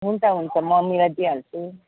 हुन्छ हुन्छ म मिलाइदिइहाल्छु